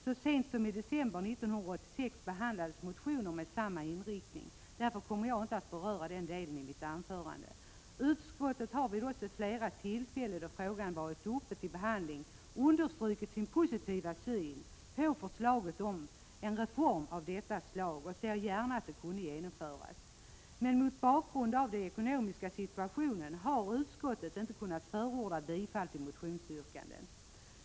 Så sent som i december 1986 behandlades motioner med samma inriktning. Därför kommer jag inte att beröra den delen i mitt anförande. Utskottet har vid flera tillfällen, då frågan varit uppe till behandling, understrukit sin positiva syn på förslaget om en reform av detta slag och ser gärna att den kunde genomföras. Men på grund av den ekonomiska situationen har utskottet inte kunnat förorda bifall till motionsyrkandena.